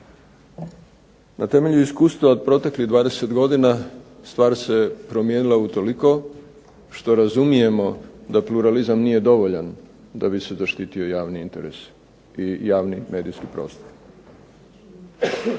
Na temelju iskustva od proteklih 20 godina stvar se promijenila utoliko što razumijemo da pluralizam nije dovoljan da bi se zaštitio javni interes i javni medijski prostor.